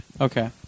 Okay